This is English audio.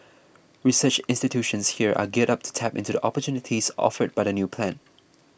research institutions here are geared up to tap into the opportunities offered by the new plan